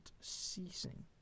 ceasing